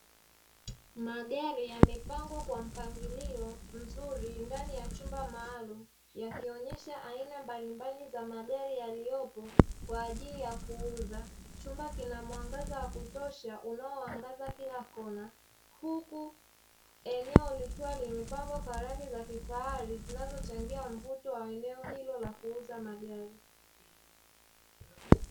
Magari yamepangwa kwa mpangilo mzuri ndani ya chumba maalumu, yakionyesha aina mbalimbali za magari yaliyopo kwa ajili ya kuuza. Chumba kina mwangaza wa kutosha unaoangaza kila kona. Huku eneo likiwa limepambwa kwa rangi za kifahari, zinazochangia mvuto wa eneo hilo la kuuza magari.